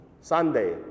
Sunday